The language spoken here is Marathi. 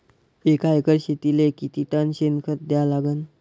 एका एकर शेतीले किती टन शेन खत द्या लागन?